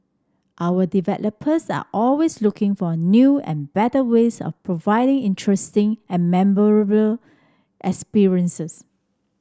our developers are always looking for new and better ways of providing interesting and memorable experiences